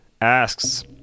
asks